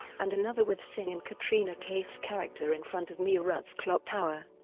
and another with singh and katrina kaif's character in front of meerut's clock tower.